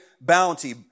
bounty